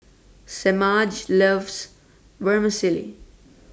Semaj loves Vermicelli